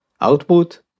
output